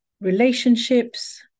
relationships